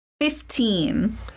Fifteen